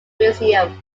museum